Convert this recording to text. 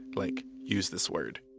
like, use this word